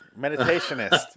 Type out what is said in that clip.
Meditationist